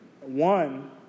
One